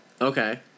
Okay